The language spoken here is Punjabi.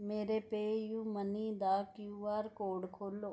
ਮੇਰੇ ਪੇਅਯੂ ਮਨੀ ਦਾ ਕੀਉ ਆਰ ਕੋਡ ਖੋਲੋ